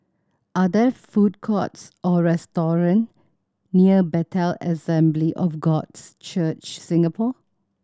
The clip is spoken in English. are there food courts or restaurant near Bethel Assembly of Gods Church Singapore